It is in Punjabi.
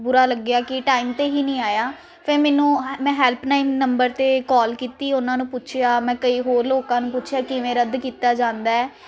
ਬੁਰਾ ਲੱਗਿਆ ਕਿ ਟਾਈਮ 'ਤੇ ਹੀ ਨਹੀਂ ਆਇਆ ਫਿਰ ਮੈਨੂੰ ਮੈਂ ਹੈਲਪਲਾਈਨ ਨੰਬਰ 'ਤੇ ਕਾਲ ਕੀਤੀ ਉਹਨਾਂ ਨੂੰ ਪੁੱਛਿਆ ਮੈਂ ਕਈ ਹੋਰ ਲੋਕਾਂ ਨੂੰ ਪੁੱਛਿਆ ਕਿਵੇਂ ਰੱਦ ਕੀਤਾ ਜਾਂਦਾ